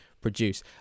produce